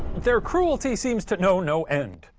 their cruelty seems to know no end.